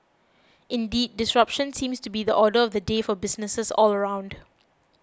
indeed disruption seems to be the order the day for businesses all around